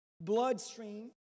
bloodstream